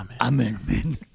Amen